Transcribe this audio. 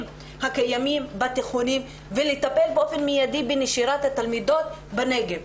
הקיימים בתיכונים ולטפל באופן מיידי בנשירת התלמידות בנגב.